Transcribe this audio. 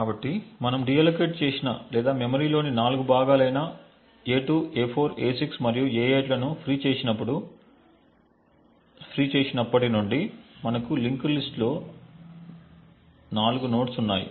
కాబట్టి మనం డిఅల్లోకెట్ చేసిన లేదా మెమరీ లోని 4 భాగాలైన a2 a4 a6 మరియు a8 లను ఫ్రీ చేసినప్పుటి నుండి మనకు లింక్డ్ లిస్ట్ లో 4 నోడ్స్ ఉన్నాయి